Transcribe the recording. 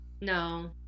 no